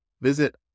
Visit